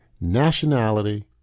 nationality